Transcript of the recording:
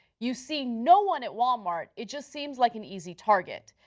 you see no one at walmart. it's just seems like an easy target.